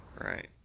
Right